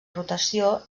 rotació